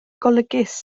golygus